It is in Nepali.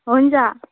हुन्छ